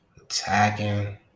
attacking